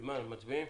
אנחנו מצביעים